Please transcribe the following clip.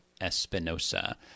Espinosa